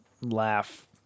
Laugh